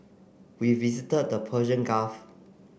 we visited the Persian Gulf